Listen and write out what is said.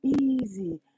easy